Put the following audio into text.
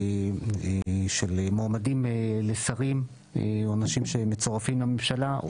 מועמדים לשרים או אנשים שמצורפים לממשלה,